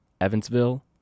Evansville